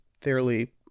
fairly